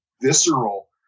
visceral